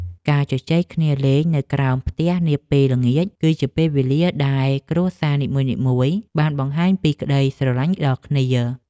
ការជជែកគ្នាលេងនៅក្រោមផ្ទះនាពេលល្ងាច គឺជាពេលវេលាដែលគ្រួសារនីមួយៗបានបង្ហាញពីក្តីស្រឡាញ់ដល់គ្នា។